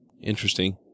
Interesting